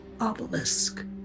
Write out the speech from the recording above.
obelisk